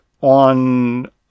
on